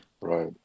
Right